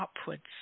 upwards